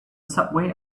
subway